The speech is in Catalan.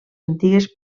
antigues